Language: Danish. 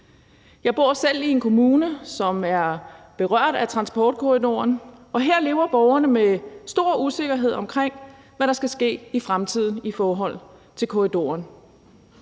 Jeg bor selv i en kommune, som er berørt af transportkorridoren, og her lever borgerne med stor usikkerhed om, hvad der skal ske i fremtiden i forhold til korridoren.